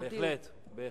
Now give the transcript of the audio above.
בהחלט.